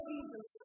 Jesus